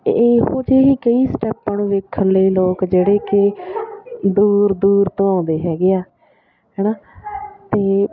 ਇਹੋ ਜਿਹੇ ਕਈ ਸਟੈਪਾਂ ਨੂੰ ਵੇਖਣ ਲਈ ਲੋਕ ਜਿਹੜੇ ਕਿ ਦੂਰ ਦੂਰ ਤੋਂ ਆਉਂਦੇ ਹੈਗੇ ਆ ਹੈ ਨਾ ਅਤੇ